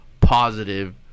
positive